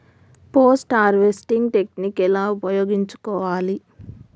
Post harvesting technique ఎలా ఉపయోగించుకోవాలి?